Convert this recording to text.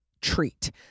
treat